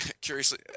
curiously